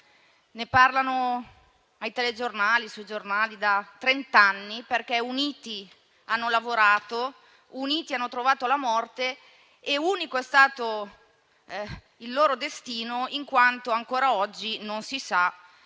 Ne parlano i telegiornali e i giornali da trent'anni, perché uniti hanno lavorato, uniti hanno trovato la morte e unico è stato il loro destino, in quanto ancora oggi non si sa